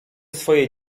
swoje